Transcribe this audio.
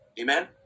amen